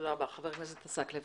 חבר הכנסת עסאקלה בבקשה.